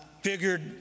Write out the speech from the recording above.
figured